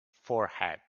forehead